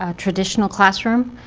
ah traditional classroom,